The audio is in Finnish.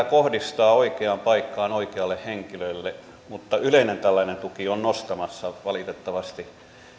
kohdistaa oikeaan paikkaan oikealle henkilölle mutta yleinen tällainen tuki on nostamassa valitettavasti